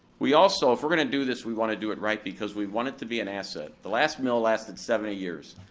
also, if we're gonna do this, we wanna do it right, because we want it to be an asset. the last mill lasted seventy years.